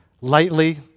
lightly